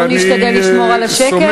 בואו נשתדל לשמור על השקט.